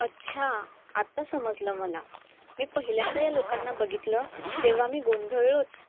अच्छा आत्ता समजलं मला मी पहिल्यांदा या लोकांना बघितलं तेव्हा मी गोंधळलोच